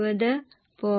2 വരെയാണ്